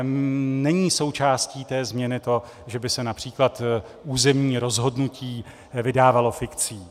Není součástí té změny to, že by se například územní rozhodnutí vydávalo fikcí.